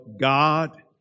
God